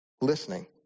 Listening